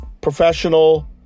professional